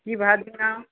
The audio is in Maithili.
की भाव झिङ्गा